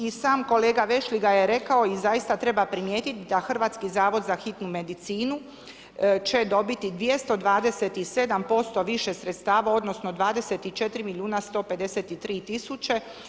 I sam kolega Vešligaj je rekao i zaista treba primijetiti da Hrvatski zavod za hitnu medicinu će dobiti 227% više sredstava odnosno 24 milijuna 153 tisuće.